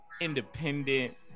independent